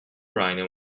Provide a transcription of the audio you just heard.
rhino